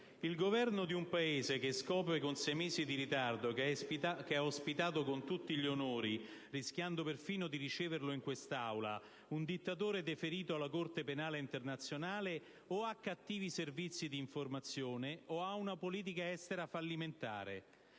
il Governo di un Paese che scopre con sei mesi di ritardo che ha ospitato con tutti gli onori, rischiando perfino di riceverlo in quest'Aula, un dittatore deferito alla Corte penale internazionale o ha cattivi Servizi di informazione oppure ha una politica estera fallimentare.